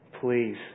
Please